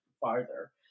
farther